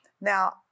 Now